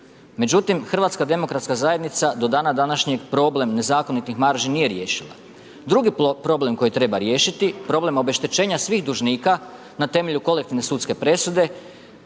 Međutim HDZ do dana današnjeg problem nezakonitih marži nije riješila. Drugi problem koji treba riješiti, problem obeštećenja svih dužnika na temelju kolektivne sudske presude,